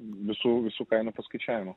visų visų kainų paskaičiavimo